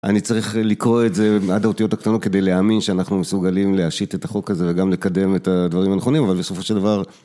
אני צריך לקרוא את זה עד האותיות הקטנות כדי להאמין שאנחנו מסוגלים להשית את החוק הזה וגם לקדם את הדברים הנכונים אבל בסופו של דבר